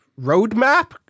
roadmap